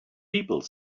people